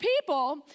people